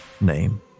name